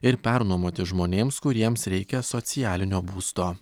ir pernuomoti žmonėms kuriems reikia socialinio būsto